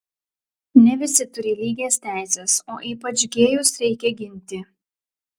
ne visi turi lygias teises o ypač gėjus reikia ginti